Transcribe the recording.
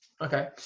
Okay